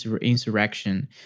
insurrection